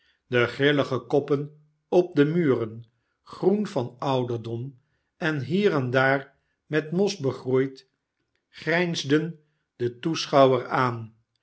de grillige koppen op de muren groen van ouderdom en hier en daar met mos begroeid grijnsden den beschouwer aan